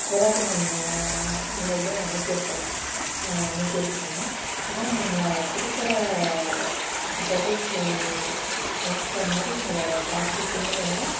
அதெலாம் கொஞ்சம் நீங்கள் நல்லபடியாக அனுப்பியிருக்கலாம் அனுப்பியிருக்கணும் ஏன்னால் நாங்கள் கொடுக்கற தொகைக்கு ஏற்ற மாதிரி உங்களோட பேக்கேஜிங்கும் இல்லை